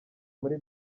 muri